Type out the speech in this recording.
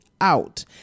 out